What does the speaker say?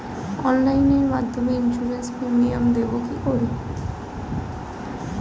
অনলাইনে মধ্যে insurance premium দেবো কি করে?